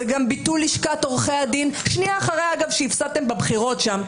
זה גם ביטול לשכת עורכי הדין שנייה אחרי שהפסדתם בבחירות שם.